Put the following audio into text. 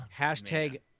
Hashtag